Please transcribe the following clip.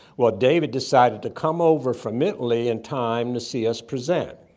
well, david decided to come over from italy in time to see us present,